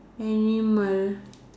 animal